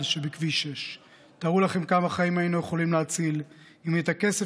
שבכביש 6. תארו לכם כמה חיים היינו יכולים להציל אם את הכסף